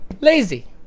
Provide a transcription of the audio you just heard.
lazy